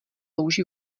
louži